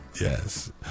Yes